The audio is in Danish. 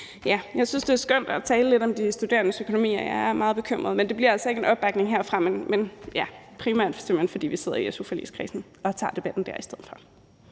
jeg synes, det er skønt at tale lidt om de studerendes økonomi, og jeg er meget bekymret, men det bliver altså ikke en opbakning til forslaget herfra, primært fordi vi sidder i su-forligskredsen og tager debatten der i stedet for.